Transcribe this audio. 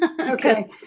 Okay